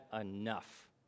enough